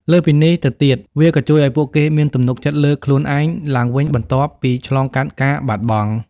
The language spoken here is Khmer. លើសពីនេះទៅទៀត វាក៏ជួយឱ្យពួកគេមានទំនុកចិត្តលើខ្លួនឯងឡើងវិញបន្ទាប់ពីឆ្លងកាត់ការបាត់បង់។